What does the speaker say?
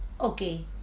Okay